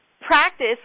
practice